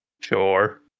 sure